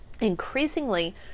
Increasingly